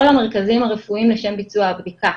למרכזים הרפואיים לשם ביצוע הבדיקה.